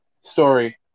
story